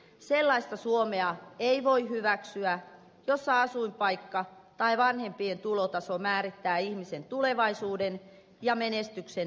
sellaista suomea ei voi hyväksyä jossa asuinpaikka tai vanhempien tulotaso määrittää ihmisen tulevaisuuden ja menestyksen mahdollisuuden